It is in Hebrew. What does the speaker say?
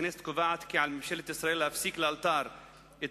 הכנסת קובעת כי על ממשלת ישראל להפסיק לאלתר את